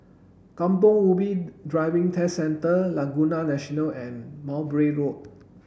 Kampong Ubi Driving Test Centre Laguna National and Mowbray Road